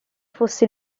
fosse